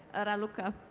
araluca.